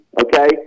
Okay